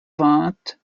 vingt